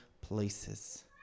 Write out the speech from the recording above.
places